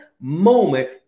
moment